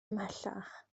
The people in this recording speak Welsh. ymhellach